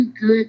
good